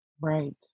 Right